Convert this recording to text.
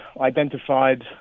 identified